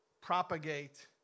propagate